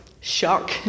shock